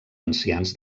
ancians